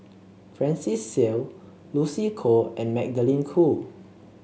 Francis Seow Lucy Koh and Magdalene Khoo